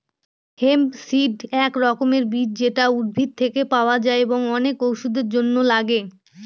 hemp seed এক রকমের বীজ যেটা উদ্ভিদ থেকে পাওয়া যায় এবং অনেক ওষুধের জন্য লাগে